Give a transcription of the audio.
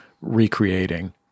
recreating